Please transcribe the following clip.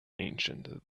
ancient